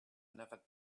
never